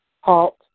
halt